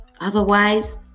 Otherwise